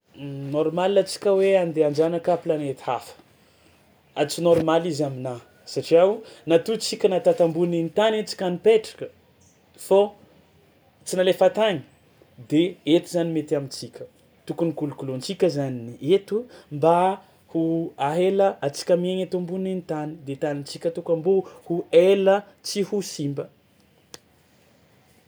Nôrmala antsika hoe andeha hanjanaka planety hafa, ah tsy nôrmaly izy aminahy satria o natoa tsika natao tambonin'ny tany antsika nipetrak fô tsy nalefa tagny de eto zany mety amintsika, tokony kolokolointsika zany ny eto mba ho ahela antsika miaigna eto ambonin'ny tany de tanintsika toko mbo ho ela tsy ho simba.